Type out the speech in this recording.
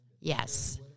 yes